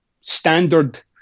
standard